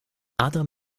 adam